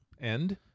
end